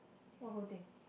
what whole thing